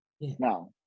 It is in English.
now